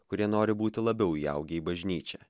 kurie nori būti labiau įaugę į bažnyčią